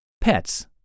Pets